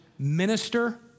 Minister